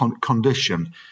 condition